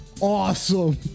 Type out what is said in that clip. awesome